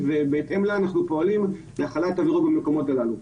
ובהתאם לה אנחנו פועלים להפעלה ברוב המקומות הללו.